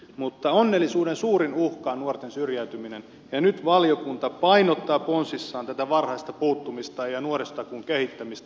mutta onnellisuuden suurin uhka on nuorten syrjäytyminen ja nyt valiokunta painottaa ponsissaan tätä varhaista puuttumista ja nuorisotakuun kehittämistä